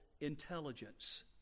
intelligence